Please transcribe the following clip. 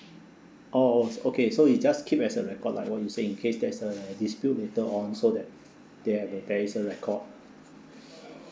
oh oh s~ okay so it just keep as a record like what you say in case there's a dispute later on so that there are the there is a record